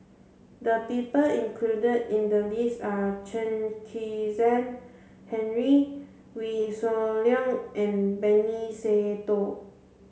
the people included in the list are Chen Kezhan Henri Wee Shoo Leong and Benny Se Teo